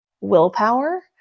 willpower